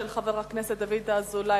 של חבר הכנסת דוד אזולאי,